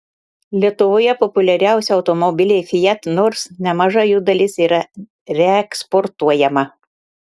lietuvoje populiariausi automobiliai fiat nors nemaža jų dalis yra reeksportuojama